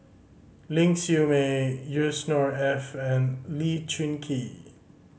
Ling Siew May Yusnor Ef and Lee Choon Kee